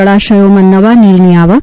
જળાશયોમાં નવા નીરની આવક